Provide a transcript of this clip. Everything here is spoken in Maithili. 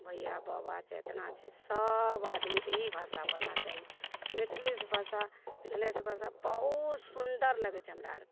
भैया बाबा जितना छै सब आदमी इहए भाषा बोलना चाही मैथिलीसँ भाषा मैथलिसँ भाषा बहुत सुंदर लगै छै हमरा आरके